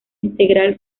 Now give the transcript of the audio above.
integral